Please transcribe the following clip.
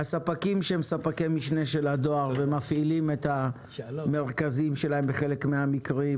הספקים שהם ספקי-משנה של הדואר ומפעילים את המרכזים שלהם בחלק מהמקרים